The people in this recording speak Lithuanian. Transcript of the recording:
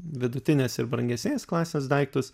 vidutinės ir brangesnės klasės daiktus